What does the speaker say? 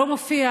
לא מופיע,